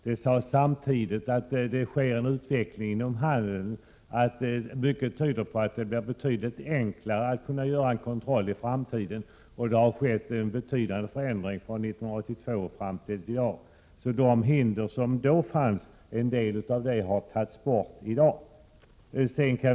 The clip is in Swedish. Det sades samtidigt att det sker en utveckling inom handeln och att mycket tyder på att det blir betydligt enklare att göra kontroller i framtiden. Det har skett en betydande förändring från 1982 fram till i dag. En del av de hinder som fanns då har alltså försvunnit.